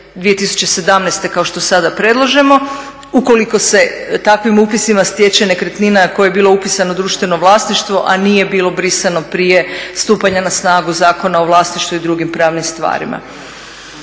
2017. kao što sada predlažemo, ukoliko se takvim upisima stječe nekretnina u koju je bilo upisano društveno vlasništvo a nije bilo brisano prije stupanja na snagu Zakona o vlasništvu i drugim pravnim stvarima.